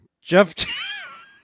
jeff